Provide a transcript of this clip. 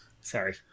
Sorry